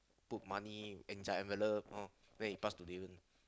put money inside envelope all then he pass to Davon